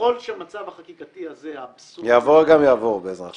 ככל שמצב החקיקה האבסורדי הנוכחי --- יעבור גם יעבור בעזרת השם.